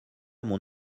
mon